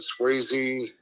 Swayze